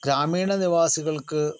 ഗ്രാമീണ നിവാസികൾക്ക്